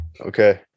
Okay